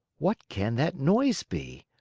what can that noise be?